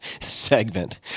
segment